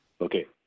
Okay